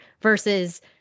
versus